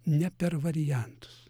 ne per variantus